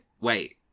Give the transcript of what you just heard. wait